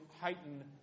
heighten